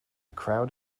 crowd